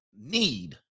Need